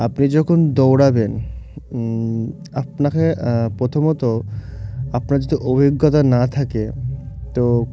আপনি যখন দৌড়াবেন আপনাকে প্রথমত আপনার যদি অভিজ্ঞতা না থাকে তো